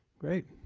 great.